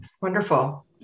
Wonderful